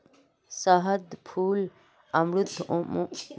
शहद, फूल अमृत, मोम कुछू उत्पाद छूके जेको मधुमक्खि स व स छेक